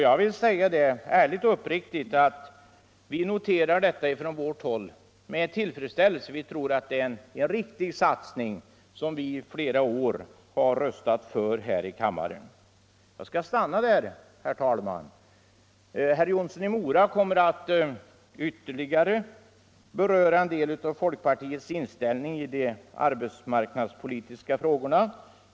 Jag vill ärligt och uppriktigt säga att vi på vårt håll noterar detta med tillfredsställelse. Vi tror att det är en riktig satsning, som vi i flera år har röstat för här i kammaren. Jag skall stanna med detta, herr talman! Herr Jonsson i Mora kommer att ytterligare beröra en del av folkpartiets inställning i de arbetsmarknadspolitiska frågorna.